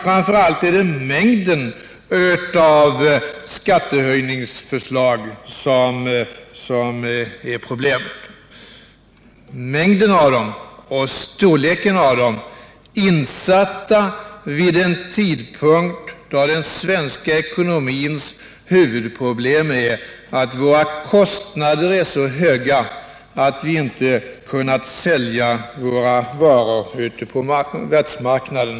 Framför allt är det kanske mängden och storleken av skattehöjningsförslagen som utgör en svårighet, vid en tidpunkt då den svenska ekonomins huvudproblem är att våra kostnader är så höga, att vi inte kunnat sälja våra varor ute på världsmarknaden.